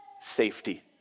safety